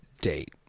date